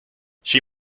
she